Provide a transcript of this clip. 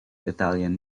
italian